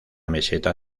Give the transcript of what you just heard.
meseta